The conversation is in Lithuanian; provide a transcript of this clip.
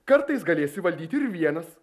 kartais galėsi valdyti ir vienas